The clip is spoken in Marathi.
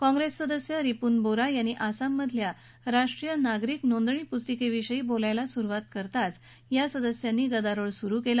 कॉंप्रेस सदस्य रिपून बोरा यांनी आसाममधली राष्ट्रीय नागरीक नोंदणी पुस्तिकेविषयी बोलायला सुरुवात करताच या सदस्यांनी गदोराळ सुरु केला